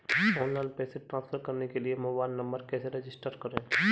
Online पैसे transfer करने के लिए मोबाइल नंबर कैसे रजिस्टर करें?